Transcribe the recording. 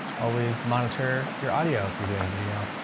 always monitor your audio. if you're doing video,